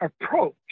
approach